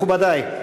מכובדי,